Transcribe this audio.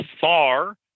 far